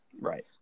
Right